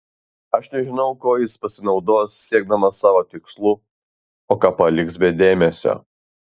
aš nežinau kuo jis pasinaudos siekdamas savo tikslų o ką paliks be dėmesio